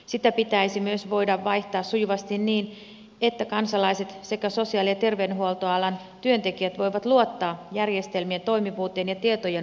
sitä pitäisi myös voida vaihtaa sujuvasti niin että kansalaiset sekä sosiaali ja terveydenhuoltoalan työntekijät voivat luottaa järjestelmien toimivuuteen ja tietojen oikeellisuuteen